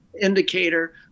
indicator